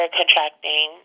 contracting